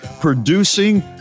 producing